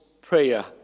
prayer